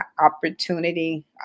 opportunity